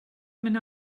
mynd